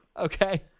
Okay